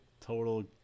total